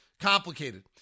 complicated